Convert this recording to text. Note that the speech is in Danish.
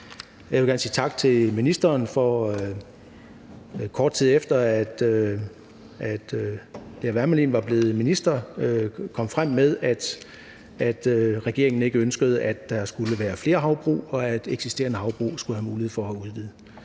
Jeg vil gerne sige tak til ministeren for, at hun, kort tid efter hun var blevet minister, kom frem med, at regeringen ikke ønskede, at der skulle være flere havbrug, og at eksisterende havbrug skulle have mulighed for at udvide.